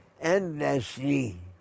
Endlessly